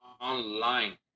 online